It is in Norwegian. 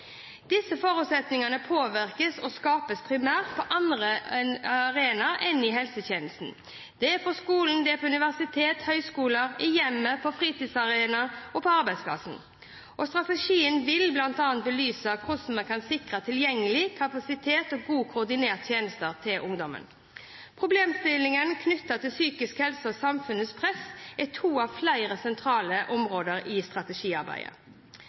Disse forutsetningene påvirkes og skapes primært på andre arenaer enn i helsetjenesten. Det skjer på skolen, på universitetet eller høgskolen, i hjemmet, på fritidsarenaer og på arbeidsplassen. Strategien vil bl.a. belyse hvordan man kan sikre tilgjengelighet, kapasitet og godt koordinerte tjenester til ungdommen. Problemstillinger knyttet til psykisk helse og samfunnets press er to av flere sentrale områder i strategiarbeidet.